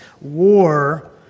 war